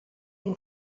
han